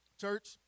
Church